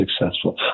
successful